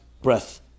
Breath